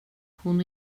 hon